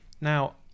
Now